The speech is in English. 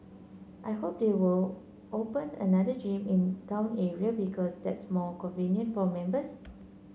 I hope they will open another gym in the town area because that's more convenient for members